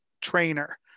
trainer